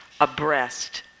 abreast